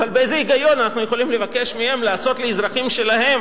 אבל באיזה היגיון אנחנו יכולים לבקש מהם לעשות לאזרחים שלהם